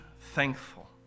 thankful